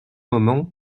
moment